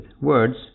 words